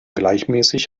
gleichmäßig